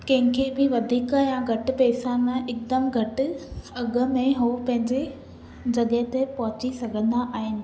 कंहिं खे बि वधीक या घटि पैसा न हिकदमि घटि अघु में उहो पंहिंजे जॻहि ते पहुची सघंदा आहिनि